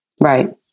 Right